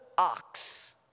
ox